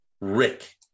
Rick